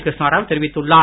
கிருஷ்ணாராவ் தெரிவித்துள்ளார்